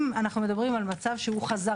אם אנחנו מדברים על מצב חזרתי,